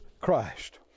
Christ